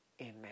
Amen